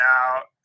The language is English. out